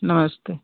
नमस्ते